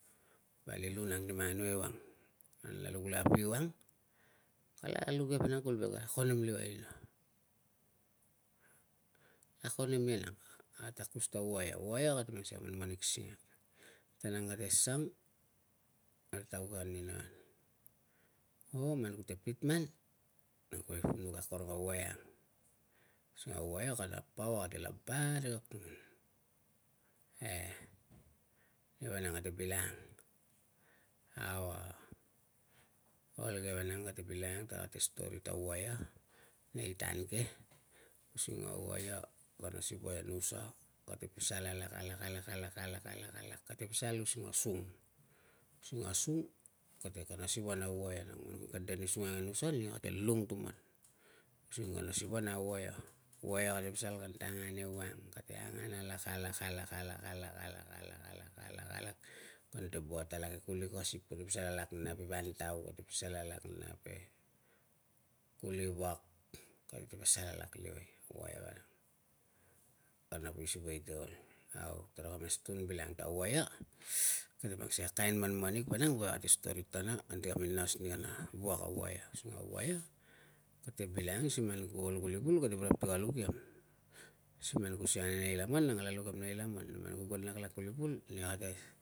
Vali lu nang ti manganu ewang kanla luk le na piu ang kala luk ia vanang kuvul ve kala konem luai nia ka konem ia nang. Atakus ta waia, waia kate angsikei a manmanik singak tan kate sang ol ta tauke an nina o man kute pit man kuo angkuai ti ku luk akorong a waia ang, using a waia kanta power kate laba arigek tuman e nia vanang kate bilangang au ol ke vanang kate bilangang tarate stori ta waia nei tan ke, using a waia kana siva e nusa kate pasal alak, alak, alak, alak, alak. alak, alak, kate pasal using a sung, using a sung kate kana siva na waia, si man kute de ni sung ang e nusa nia kate lung tuman, using kana siva nang ke waia, waia kate pasal kanta angan ewang kante angan alak, alak, alak, alak, alak, alak, alak, alak, alak, alak, kante buat e kulikasip kate pasal alak nap e vantau kate pasal alak nap e kulivak kate pasal alak luai vanang kana poi siva ite ol. Au taraka mas tun bilangang ta waia kate mang sikei a kain manmanik we ate story tatana anti kami nas ni kana wak a waia. Using a waia kate bilangang si man ku ol kuli vul kate boro inap ti ka luk iam si man ku siang anenei laman nang kala luk iam nei laman man ku gon laklak kuli vul nia kate